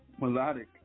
Melodic